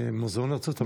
פה במוזיאון ארצות המקרא.